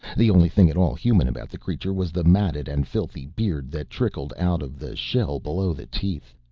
the only thing at all human about the creature was the matted and filthy beard that trickled out of the shell below the teeth.